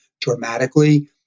dramatically